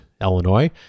Illinois